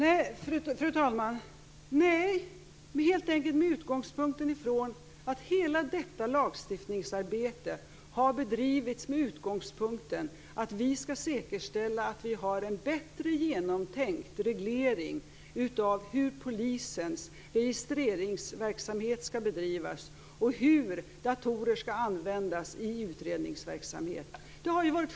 Fru talman! Nej, jag ser inte några sådana risker. Anledningen är helt enkelt att hela detta lagstiftningsarbete har bedrivits med den utgångspunkten att vi skall säkerställa att vi har en bättre genomtänkt reglering av hur polisens registreringsverksamhet skall bedrivas och hur datorer skall användas i utredningsverksamhet.